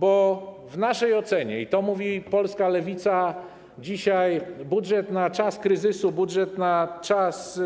Bo w naszej ocenie, i to mówi polska Lewica, dzisiaj budżet na czas kryzysu, budżet na czas